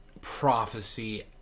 prophecy